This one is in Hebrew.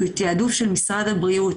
זה תיעדוף של משרד הבריאות,